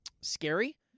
scary